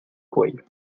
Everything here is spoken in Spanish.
cuello